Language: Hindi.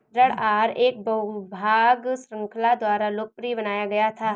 ऋण आहार एक बहु भाग श्रृंखला द्वारा लोकप्रिय बनाया गया था